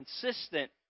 consistent